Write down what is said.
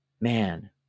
Man